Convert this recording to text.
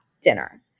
dinner